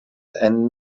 and